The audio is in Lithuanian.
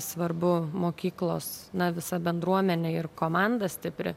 svarbu mokyklos na visa bendruomenė ir komanda stipri